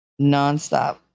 nonstop